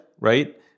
right